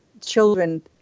children